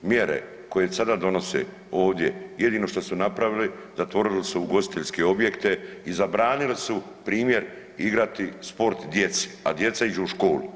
Mjere koje se sada donose ovdje jedino što u napravili zatvorili su ugostiteljske objekte i zabranili su primjer igrati sport djeci, a djeca iđu u školu.